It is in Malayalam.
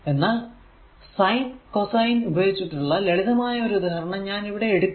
എന്നാൽ സൈൻ കോസൈൻ ഉപയോഗിച്ചുള്ള ലളിതമായ ഉദാഹരണം ഞാൻ ഇവിടെ എടുക്കുന്നു